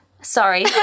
Sorry